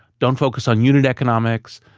don't focus on unit economics,